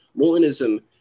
Molinism